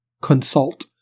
consult